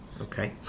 Okay